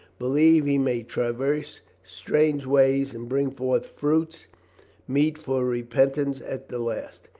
believe he may traverse strange ways and bring forth fruits meet for repentance at the last.